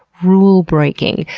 rule breaking,